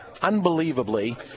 unbelievably